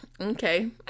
okay